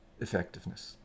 effectiveness